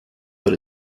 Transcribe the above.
but